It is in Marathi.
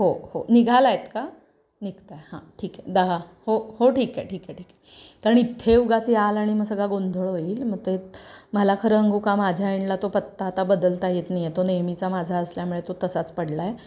हो हो निघालायत का निघताय हां ठीक आहे दहा हो हो ठीक आहे ठीक आहे ठीक आहे कारण इथे उगाच याल आणि मग सगळा गोंधळ होईल मग ते मला खरं सांगू का माझ्या एंडला तो पत्ता आता बदलता येत नाही आहे तो नेहमीचा माझा असल्यामुळे तो तसाच पडलाय